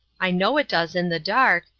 i know it does in the dark,